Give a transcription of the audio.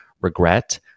regret